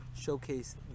showcase